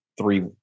three